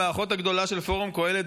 האחות הגדולה של פורום קהלת,